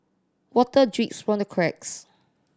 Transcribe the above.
water drips from the cracks